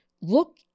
Look